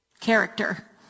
character